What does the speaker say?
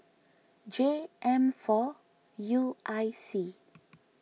J M four U I C